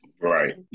Right